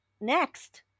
next